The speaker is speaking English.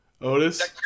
Otis